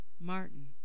Martin